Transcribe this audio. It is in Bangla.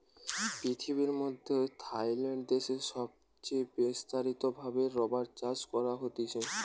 পৃথিবীর মধ্যে থাইল্যান্ড দেশে সবচে বিস্তারিত ভাবে রাবার চাষ করা হতিছে